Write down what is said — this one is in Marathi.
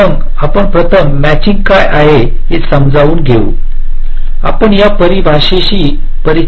तर मग आपण प्रथम मॅचिंग काय आहे ते समजावून घेऊ आपण या परिभाषाशी परिचित नाही